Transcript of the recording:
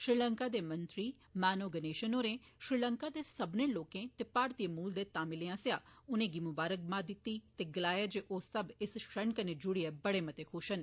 श्रीलंका दे मंत्री मानो गणेशन होरें श्रीलंका दे सब्मनें लोकें ते भारतीय मूल दे तामिलें आस्सेआ मुबारकबाद दित्ती ते गलाया जे ओह् सब्बै इस क्षण कन्नै जुड़िए बड़े मते खुश न